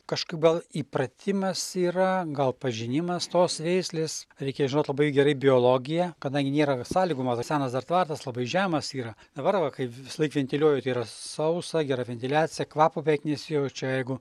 kažkaip gal įpratimas yra gal pažinimas tos veislės reikia žinot labai gerai biologiją kadangi nėra sąlygų mano senas dar tvaras labai žemas yra dabar va kai visąlaik ventiliuoju tai yra sausa gera ventiliacija kvapo beveik nesijaučia jeigu